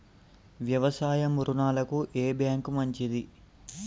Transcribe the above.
వ్యవసాయ రుణాలకు ఏ బ్యాంక్ మంచిది?